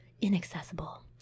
inaccessible